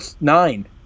nine